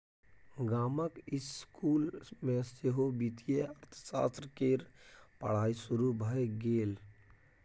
गामक इसकुल मे सेहो वित्तीय अर्थशास्त्र केर पढ़ाई शुरू भए गेल